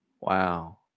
Wow